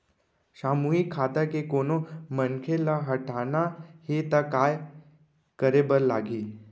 सामूहिक खाता के कोनो मनखे ला हटाना हे ता काय करे बर लागही?